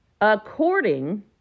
According